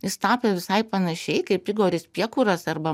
jis tapė visai panašiai kaip igoris piekuras arba